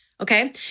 Okay